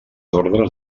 ordres